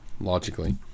logically